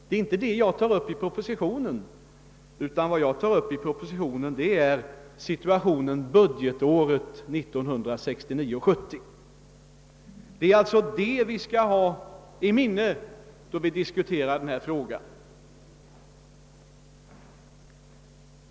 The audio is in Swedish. Det är inte den saken jag bar tagit upp i propositionen, utan jag talar där om situationen budgetåret 1969/70. Den saken skall man ha i minnet när denna fråga diskuteras.